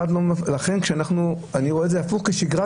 לכן אני רואה את זה הפוך, כמעט כשגרה,